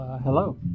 Hello